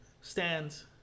stands